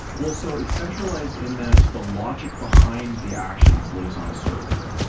well, so it's centralized in that the logic behind the actions lives on a server.